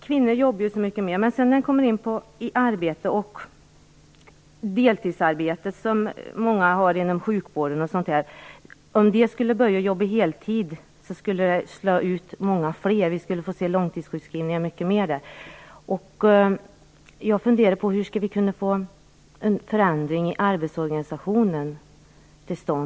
Kvinnor jobbar mycket mer, men om de som nu har deltidsarbete, vilket många har inom sjukvården, skulle börja jobba heltid skulle många fler slås ut. Det skulle bli mycket mer långtidssjukskrivningar. Jag funderar på hur vi skulle kunna få till stånd en förändring av arbetsorganisationen.